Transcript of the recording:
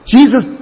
Jesus